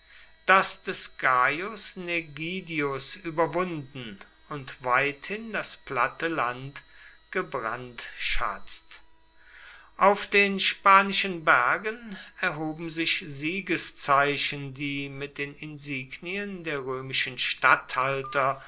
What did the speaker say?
das des gaius negidius überwunden und weithin das platte land gebrandschatzt auf den spanischen bergen erhoben sich siegeszeichen die mit den insignien der römischen statthalter